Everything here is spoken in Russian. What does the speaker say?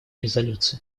резолюции